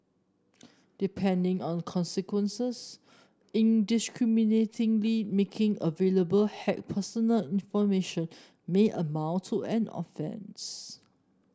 depending on consequences indiscriminately making available hacked personal information may amount to an offence